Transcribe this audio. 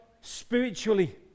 spiritually